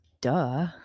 Duh